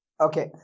Okay